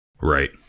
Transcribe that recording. right